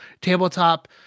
tabletop